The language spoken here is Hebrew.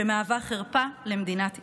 שמהווה חרפה למדינת ישראל.